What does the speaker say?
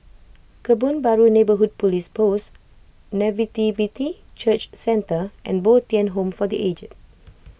Kebun Baru Neighbourhood Police Post Nativity Church Centre and Bo Tien Home for the Aged